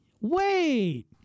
wait